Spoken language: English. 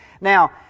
now